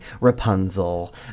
rapunzel